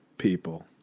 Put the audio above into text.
people